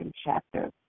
chapter